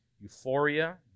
euphoria